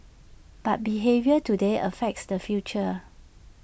but behaviour today affects the future